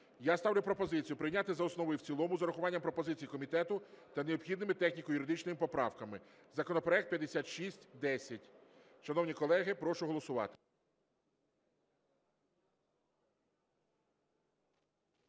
Я ставлю пропозицію прийняти за основу і в цілому з урахуванням пропозицій комітету та необхідними техніко-юридичними поправками, законопроект 5610. Шановні колеги, прошу голосувати.